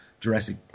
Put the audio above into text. Jurassic